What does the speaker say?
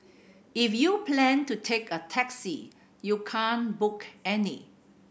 if you plan to take a taxi you can't book any